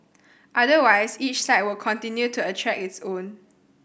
otherwise each site will continue to attract its own